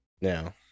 no